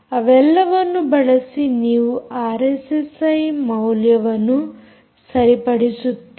ಅವೆಲ್ಲವನ್ನು ಬಳಸಿ ನೀವು ಆರ್ಎಸ್ಎಸ್ಐ ಮೌಲ್ಯವನ್ನು ಸರಿಪಡಿಸುತ್ತೀರಿ